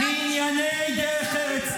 מענייני דרך ארץ,